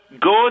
good